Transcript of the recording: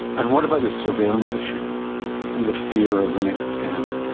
and what about this surveillance issue and the fear of the next scan?